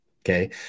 Okay